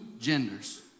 genders